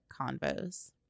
Convos